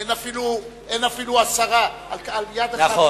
אין אפילו עשרה, על יד אחת